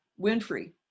Winfrey